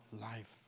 life